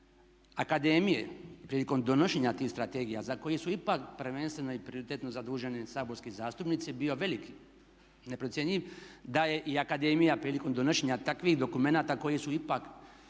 akademije prilikom donošenja tih strategija za koje su ipak prvenstveno i prioritetno zaduženi saborski zastupnici bio velik i neprocjenjiv da je i akademija prilikom donošenja takvih dokumenata koji su ipak